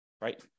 right